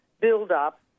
build-up